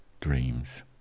dreams